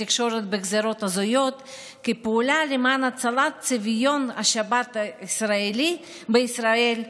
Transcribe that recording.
התקשורת בגזרות הזויות כפעולה למען הצלת צביון השבת הישראלית בישראל,